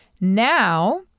Now